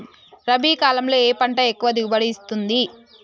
రబీ కాలంలో ఏ పంట ఎక్కువ దిగుబడి ఇస్తుంది?